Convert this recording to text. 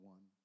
One